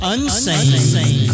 Unsane